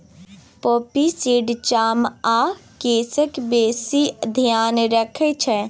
poppy seed चाम आ केसक बेसी धेआन रखै छै